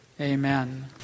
Amen